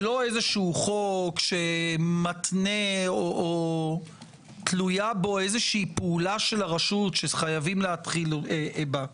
זה לא חוק שמתנה או תלויה בו פעולה של הרשות שחייבים להתחיל בה.